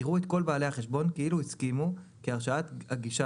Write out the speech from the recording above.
יראו את כל בעלי החשבון כאילו הסכימו כי הרשאת הגישה